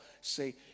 say